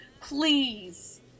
please